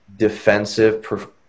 defensive